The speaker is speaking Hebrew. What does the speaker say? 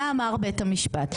מה אמר בית המשפט?